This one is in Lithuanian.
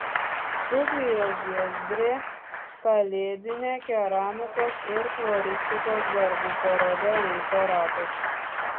studijos žiezdrė kalėdinė keramikos ir floristikos darbų paroda laiko ratas